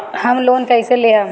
Home loan कैसे लेहम?